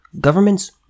governments